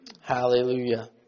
Hallelujah